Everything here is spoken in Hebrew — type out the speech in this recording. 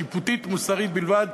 שיפוטית-מוסרית בלבד,